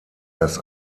das